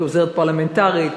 כעוזרת פרלמנטרית,